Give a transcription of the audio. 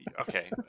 okay